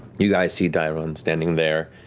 you guys see dairon standing there,